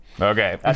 Okay